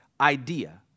idea